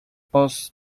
post